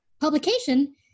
publication